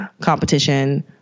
competition